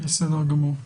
בסדר גמור.